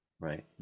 Right